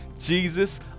Jesus